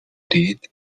did